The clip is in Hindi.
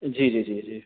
जी जी जी जी